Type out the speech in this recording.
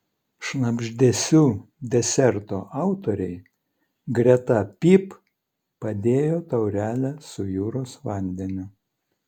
šnabždesių deserto autoriai greta pyp padėjo taurelę su jūros vandeniu